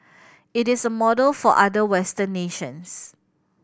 it is a model for other Western nations